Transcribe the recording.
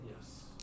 Yes